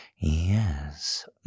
yes